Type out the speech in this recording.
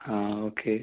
ആ ഓക്കെ